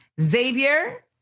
Xavier